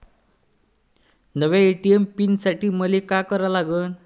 नव्या ATM pin साठी मले का करा लागन?